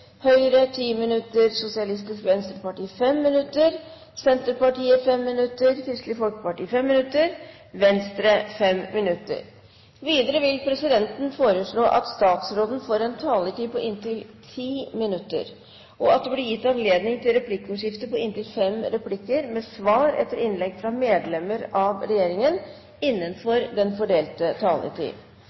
Høyre 10 minutter, Sosialistisk Venstreparti 5 minutter, Senterpartiet 5 minutter, Kristelig Folkeparti 5 minutter og Venstre 5 minutter. Videre vil presidenten foreslå at statsråden får en taletid på inntil 10 minutter, og at det blir gitt anledning til replikkordskifte på inntil fem replikker med svar etter innlegg fra medlemmer fra regjeringen innenfor den fordelte taletid.